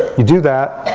you do that.